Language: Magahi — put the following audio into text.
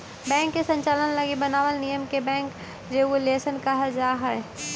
बैंक के संचालन लगी बनावल नियम के बैंक रेगुलेशन कहल जा हइ